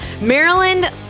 Maryland –